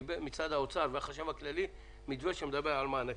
מצד האוצר והחשב הכללי על שום מתווה שמדבר על מענקים.